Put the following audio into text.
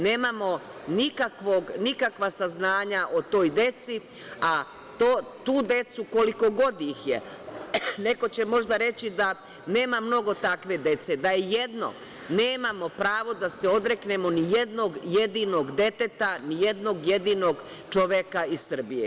Nemamo nikakva saznanja o toj deci, a tu decu, koliko god ih je, neko će možda reći da nema mnogo takve dece, da je i jedno, nemamo pravo da se odreknemo ni jednog jedinog deteta, ni jednog jedinog čoveka iz Srbije.